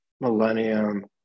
Millennium